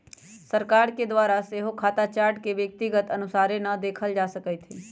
सरकार के द्वारा सेहो खता चार्ट के व्यक्तिगत अनुसारे न देखल जा सकैत हइ